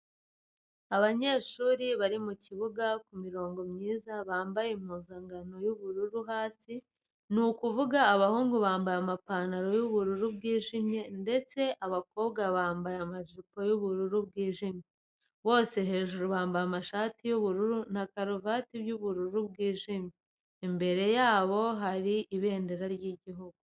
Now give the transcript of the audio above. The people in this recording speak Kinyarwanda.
Abanyeshuri bari mu kibuga ku mirongo myiza bambaye impuzankano y'ubururu hasi; ni ukuvuga abahungu bambaye amapantaro y'ubururu bwijimye ndetse abakobwa bakambara amajipo y'ubururu bwijimye. Bose hejuru bambaye amashati y'umweru na karuvati y'ubururu bwijimye. Imbere yabo hari ibendera ry'Igihugu.